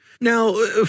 Now